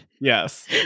Yes